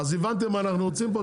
אז הבנתם מה אנחנו רוצים פה,